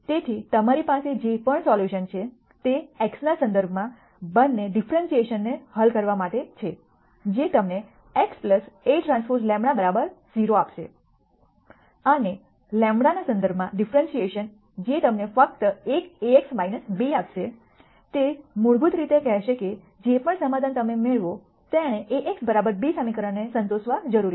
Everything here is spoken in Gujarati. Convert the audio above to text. તેથી તમારી પાસે જે પણ સોલ્યુશન છે તે x ના સંદર્ભમાં બંને ડિફરેન્શીઐશનને હલ કરવા માટે છે જે તમને x Aᵀ λ 0 આપશે અને λ ના સંદર્ભમાં ડિફરેન્શીઐશન જે તમને ફક્ત એક A x b આપશે તે મૂળભૂત રીતે કહેશે કે જે પણ સમાધાન તમે મેળવો તેણે A x b સમીકરણને સંતોષવા જરૂરી છે